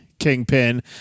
kingpin